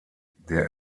der